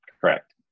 Correct